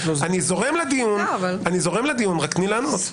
אני זורם לדון, רק תני לענות.